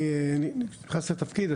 אני נכנסתי לתפקיד,